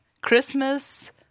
Christmas